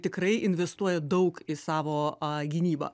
tikrai investuoja daug į savo a gynybą